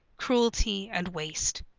cruelty, and waste.